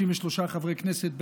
53 חברי כנסת בעד,